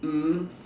mm